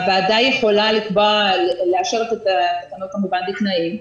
הוועדה יכולה לקבוע או לאשר את התקנות כמובן בתנאים.